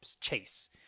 chase